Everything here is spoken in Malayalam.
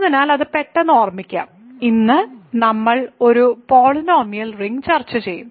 അതിനാൽ അത് പെട്ടെന്ന് ഓർമിക്കാം ഇന്ന് നമ്മൾ ഒരു പോളിനോമിയൽ റിംഗ് ചർച്ച ചെയ്യും